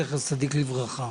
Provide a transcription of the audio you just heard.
זכר צדיק לברכה,